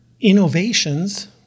innovations